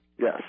Yes